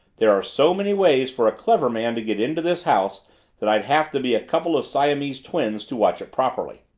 there are so many ways for a clever man to get into this house that i'd have to be a couple of siamese twins to watch it properly.